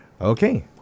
Okay